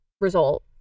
result